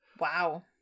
wow